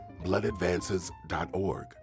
bloodadvances.org